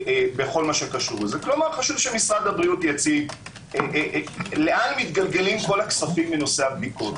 חשוב שמשרד הבריאות יציג לאן מתגלגלים כל הכספים בנושא הבדיקות.